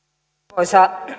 arvoisa